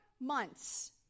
months